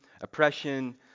oppression